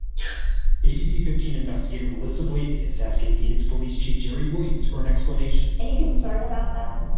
yes abc fifteen investigator melissa blazey is asking phoenix police chief jerry williams for an explanation any concern about that?